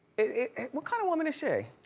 what kinda woman is she?